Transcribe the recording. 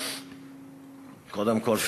קודם כול,